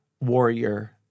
warrior